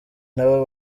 nabo